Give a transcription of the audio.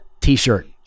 T-shirt